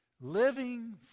Living